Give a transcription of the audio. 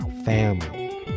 family